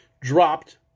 dropped